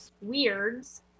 weirds